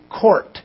court